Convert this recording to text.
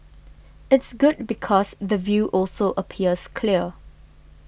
it's good because the view also appears clear